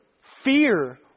fear